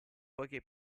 poiché